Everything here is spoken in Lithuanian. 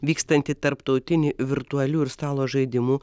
vykstantį tarptautinį virtualių ir stalo žaidimų